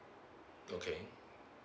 okay